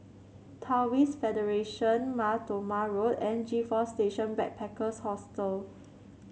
Taoist Federation Mar Thoma Road and G Four Station Backpackers Hostel